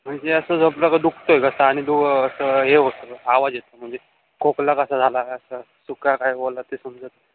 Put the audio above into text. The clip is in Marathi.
म्हणजे असं झोपलं का दुखतोय घसा आणि दु असं हे होतं आवाज येतो म्हणजे खोकला कसा झाला असं सुका काय ओला ते समजत नाही